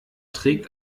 trägt